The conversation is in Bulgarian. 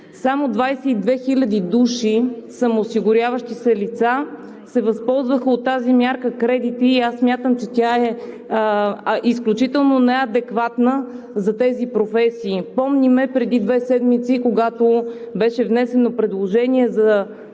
Само 22 хиляди самоосигуряващи се лица се възползваха от тази мярка „кредити“. Смятам, че тя е изключително неадекватна за тези професии – помним, когато беше внесено предложение за